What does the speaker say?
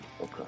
Okay